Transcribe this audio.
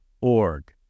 org